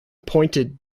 pointed